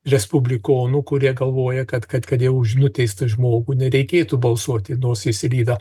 respublikonų kurie galvoja kad kad kad jau už nuteistą žmogų nereikėtų balsuoti jis ir yra